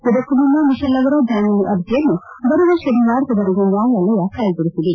ಇದಕ್ಕೂ ಮುನ್ನ ಮಿಶಲ್ ಅವರ ಜಾಮೀನು ಅರ್ಜಿಯನ್ನು ಬರುವ ಶನಿವಾರದವರೆಗೂ ನ್ವಾಯಾಲಯ ಕಾಯ್ದಿರಿಸಿದೆ